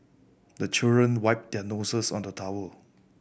the children wipe their noses on the towel